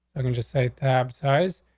i can just say tab size,